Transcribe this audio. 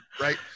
right